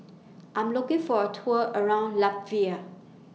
I'm looking For A Tour around Latvia